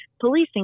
policing